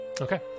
Okay